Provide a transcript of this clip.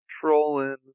Trolling